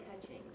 touching